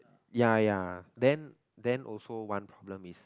ya ya then then also one problem is